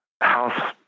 house